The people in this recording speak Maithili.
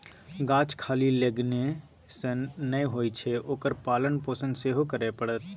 गाछ खाली लगेने सँ नै होए छै ओकर पालन पोषण सेहो करय पड़तै